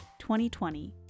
2020